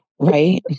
Right